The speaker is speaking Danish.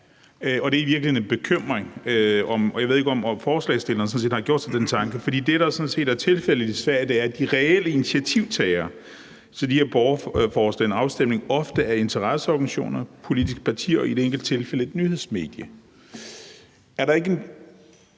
i virkeligheden om en bekymring. Jeg ved ikke, om forslagsstillerne sådan set har gjort sig den tanke. For det, der jo sådan set er tilfældet i Sverige, er, at de reelle initiativtagere til de her borgerdrevne folkeafstemninger ofte er interesseorganisationer, politiske partier og, i et enkelt tilfælde, et nyhedsmedie.